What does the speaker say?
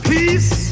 Peace